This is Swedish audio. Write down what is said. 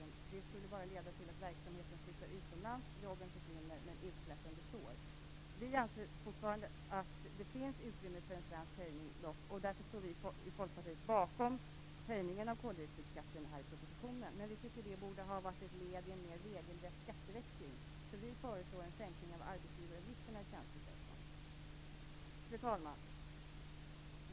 Det skulle bara leda till att verksamheten flyttar utomlands, att jobben försvinner men att utsläppen består. Vi anser fortfarande att det finns utrymme för en svensk höjning. Därför står vi i Folkpartiet bakom propositionens höjning av koldioxidskatten. Vi tycker att det borde ha varit ett led i en mer regelrätt skatteväxling. Vi föreslår en sänkning av arbetsgivaravgifterna i tjänstesektorn. Fru talman!